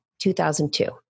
2002